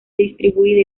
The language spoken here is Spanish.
distribuida